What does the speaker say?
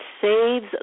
saves